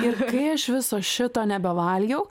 ir kai aš viso šito nebevalgiau